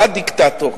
בא דיקטטור,